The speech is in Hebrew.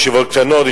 ישיבות קטנות,